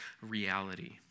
reality